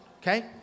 Okay